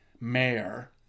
mayor